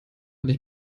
nicht